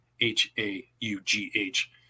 H-A-U-G-H